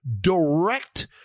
direct